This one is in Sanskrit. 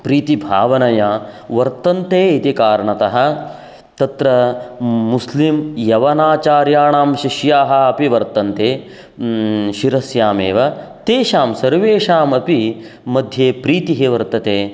प्रीतिभावनया वर्तन्ते इति कारणतः तत्र मुस्लिं यवनाचार्याणां शिष्याः अपि वर्तन्ते शिरस्यामेव तेषां सर्वेषामपि मध्ये प्रीतिः वर्तते